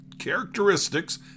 characteristics